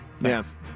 Yes